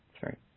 Sorry